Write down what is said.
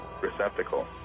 receptacle